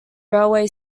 railway